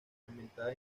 ambientada